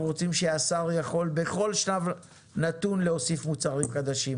רוצים שהשר יכול בכל שלב נתון להוסיף מוצרים חדשים.